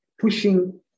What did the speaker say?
pushing